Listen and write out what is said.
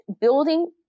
building